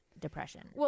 depression